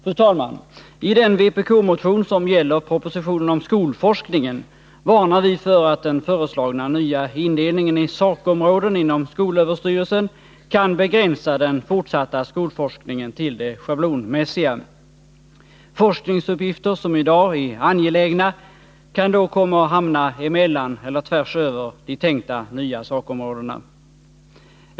Fru talman! I den vpk-motion som gäller propositionen om skolforskningen varnar vi för att den föreslagna nya indelningen i sakområden inom skolöverstyrelsen kan begränsa den fortsatta skolforskningen till det schablonmässiga. Forskningsuppgifter som i dag är angelägna kan då komma att hamna emellan eller tvärs över de tänkta nya sakområdena.